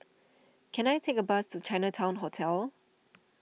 can I take a bus to Chinatown Hotel